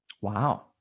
Wow